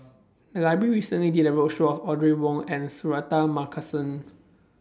The Library recently did A roadshow on Audrey Wong and Suratman Markasan